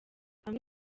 amwe